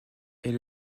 est